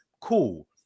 Cool